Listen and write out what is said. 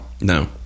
no